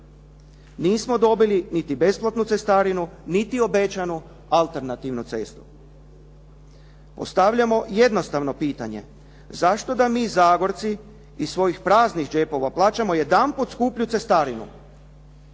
Nismo dobili niti besplatnu cestarinu, niti obećanu alternativnu cestu. Postavljamo jednostavno pitanje. Zašto da mi Zagorci iz svojih praznih džepova plaćamo jedanput skuplju cestarinu?